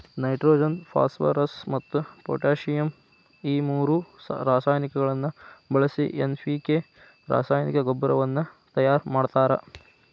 nitrogen phosphorus ಮತ್ತ್ potassium ಈ ಮೂರು ರಾಸಾಯನಿಕಗಳನ್ನ ಬಳಿಸಿ ಎನ್.ಪಿ.ಕೆ ರಾಸಾಯನಿಕ ಗೊಬ್ಬರವನ್ನ ತಯಾರ್ ಮಾಡ್ತಾರ